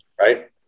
right